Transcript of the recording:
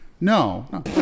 No